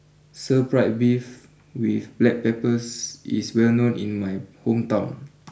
Stir Fried Beef with Black Peppers is well known in my hometown